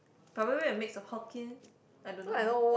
probably a mix of hokkien I do not know